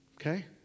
Okay